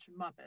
*Muppets*